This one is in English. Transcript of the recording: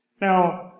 Now